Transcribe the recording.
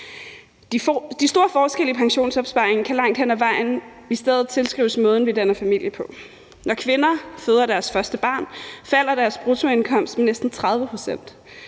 De store forskelle i pensionsopsparing kan langt hen ad vejen i stedet tilskrives måden, vi danner familie på. Når kvinder føder deres første barn, falder deres bruttoindkomst med næsten 30 pct.,